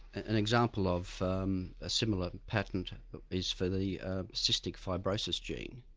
an example of um a similar patent is for the cystic fibrosis gene.